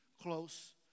close